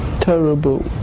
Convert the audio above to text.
terrible